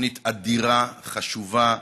תוכנית אדירה, חשובה,